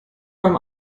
beim